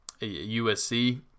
USC